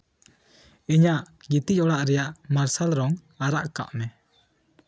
ᱤᱧᱟᱹᱜ ᱜᱤᱛᱤᱡ ᱚᱲᱟᱜ ᱨᱮᱭᱟᱜ ᱢᱟᱨᱥᱟᱞ ᱨᱚᱝ ᱟᱨᱟᱜ ᱠᱟᱜ ᱢᱮ